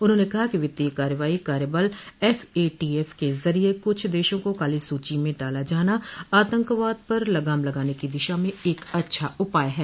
उन्होंने कहा कि वित्तीय कार्रवाई कार्यबल एफएटीएफ के जरिये कुछ देशों को काली सूची में डाला जाना आतंकवाद पर लगाम लगाने की दिशा में एक अच्छा उपाय है